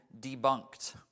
debunked